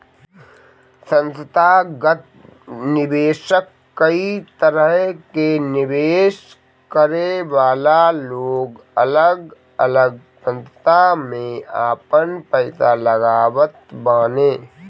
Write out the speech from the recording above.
संथागत निवेशक कई तरह के निवेश करे वाला लोग अलग अलग संस्था में आपन पईसा लगावत बाने